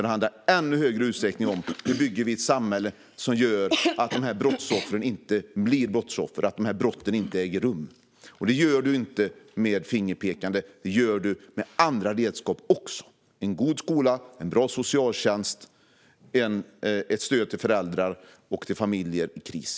Det handlar i högre utsträckning om att bygga ett samhälle som gör att det inte blir brottsoffer och att dessa brott inte äger rum. Detta görs inte med enbart fingerpekande, utan det görs också med andra redskap: en god skola, en bra socialtjänst och stöd till föräldrar och familjer i kris.